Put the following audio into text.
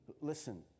Listen